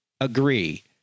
agree